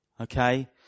okay